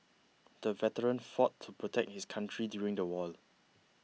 the veteran fought to protect his country during the war